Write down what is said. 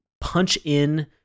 punch-in